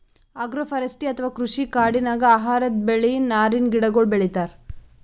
agroforestry ಅಥವಾ ಕೃಷಿ ಕಾಡಿನಾಗ್ ಆಹಾರದ್ ಬೆಳಿ, ನಾರಿನ್ ಗಿಡಗೋಳು ಬೆಳಿತಾರ್